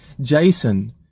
Jason